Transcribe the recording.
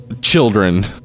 children